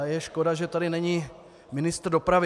Je škoda, že tady není ministr dopravy.